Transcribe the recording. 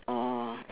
orh